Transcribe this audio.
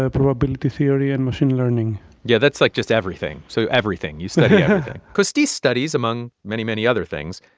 ah probability theory and machine learning yeah, that's, like, just everything, so everything. you study everything costis studies, among many, many other things,